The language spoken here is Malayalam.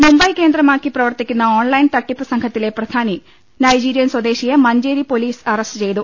മുംബൈ കേന്ദ്രമാക്കി പ്രവർത്തിക്കുന്ന ഓൺലൈൻ തട്ടിപ്പ് സംഘത്തിലെ പ്രധാനി നൈജീരിയൻ സ്വദേശിയെ മഞ്ചേരി പൊലീസ് അറസ്റ്റ് ചെയ്തു